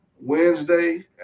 Wednesday